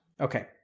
Okay